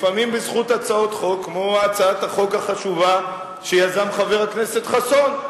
לפעמים בזכות הצעות חוק כמו הצעת החוק החשובה שיזם חבר הכנסת חסון,